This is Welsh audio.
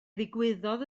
ddigwyddodd